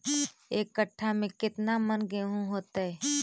एक कट्ठा में केतना मन गेहूं होतै?